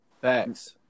Thanks